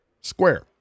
square